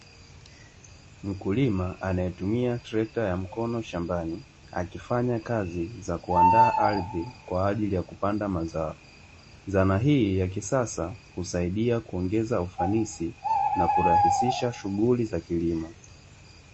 Mkulima anayetumia trekta ya mkono shambani, akifanya kazi za kuandaa ardhi kwa ajili ya kupanda mazao, dhana hii ya kisasa husaidia kuongeza ufanisi na kurahisisha shughuli za kilimo.